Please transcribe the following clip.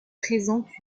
présentent